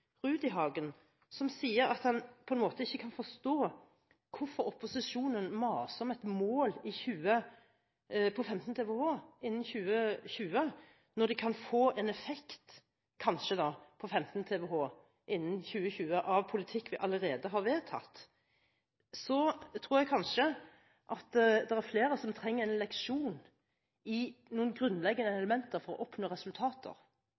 Rudihagen, som sier at han ikke kan forstå hvorfor opposisjonen maser om et mål på 15 TWh innen 2020, når de kan få en effekt – kanskje – på 15 TWh innen 2020 av politikk vi allerede har vedtatt: Jeg tror kanskje at det er flere som trenger en leksjon i noen grunnleggende elementer for å oppnå resultater.